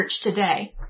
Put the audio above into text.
today